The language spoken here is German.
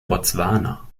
botswana